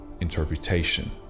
interpretation